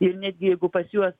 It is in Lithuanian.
ir netgi jeigu pas juos